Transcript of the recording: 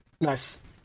nice